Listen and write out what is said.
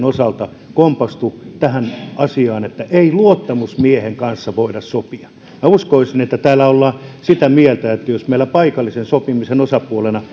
osalta se kompastui tähän asiaan että ei luottamusmiehen kanssa voida sopia uskoisin että täällä ollaan sitä mieltä että jos meillä paikallisen sopimisen osapuolena